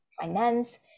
finance